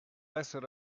essere